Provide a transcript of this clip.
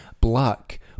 black